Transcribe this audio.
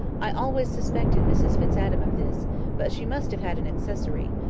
i always suspected mrs fitz-adam of this but she must have had an accessory,